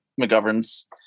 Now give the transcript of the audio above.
McGovern's